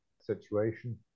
situation